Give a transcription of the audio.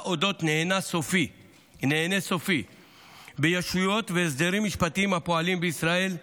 על אודות נהנה סופי בישויות והסדרים משפטיים הפועלים בישראל,